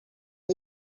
示范